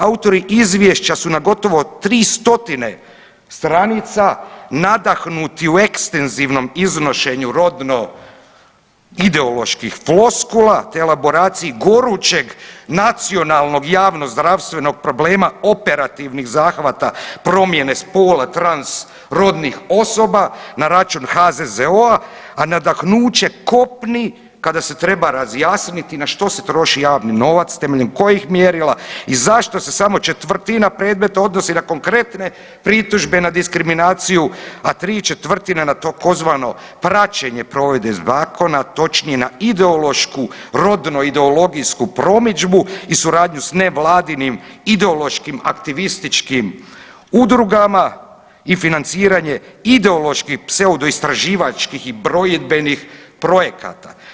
Autori izvješća su na gotovo 3 stotine stranica nadahnuti u ekstenzivnom iznošenju rodno ideoloških floskula, te elaboraciji gorućeg nacionalnog i javnozdravstvenog problema operativnih zahvata promjene spola transrodnih osoba na račun HZZO-a, a nadahnuće kopni kada se treba razjasniti na što se troši javni novac, temeljem kojih mjerila i zašto se samo četvrtina predmeta odnosi na konkretne pritužbe na diskriminaciju, a ¾ na tzv. praćenje provedbe zakona, točnije na ideološku rodno ideologijsku promidžbu i suradnju s nevladinim ideološkim aktivističkim udrugama i financiranje ideoloških pseudoistraživačkih i provedbenih projekata.